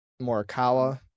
Morikawa